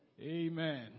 Amen